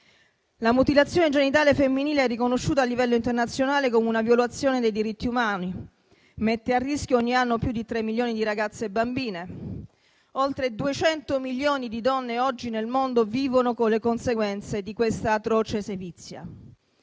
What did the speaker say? La mutilazione genitale femminile è riconosciuta a livello internazionale come una violazione dei diritti umani, mette a rischio ogni anno più di 3 milioni di ragazze e bambine: oltre 200 milioni di donne oggi nel mondo vivono le conseguenze di quest'atroce sevizia.